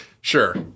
Sure